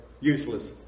useless